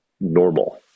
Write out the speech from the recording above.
normal